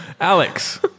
Alex